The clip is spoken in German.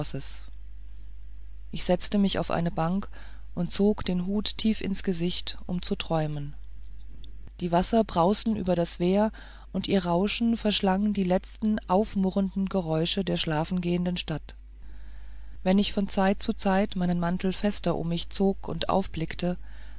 ich setzte mich auf eine bank und zog den hut tief ins gesicht um zu träumen die wasser brausten über das wehr und ihr rauschen verschlang die letzten aufmurrenden geräusche der schlafengehenden stadt wenn ich von zeit zu zeit meinen mantel fester um mich zog und aufblickte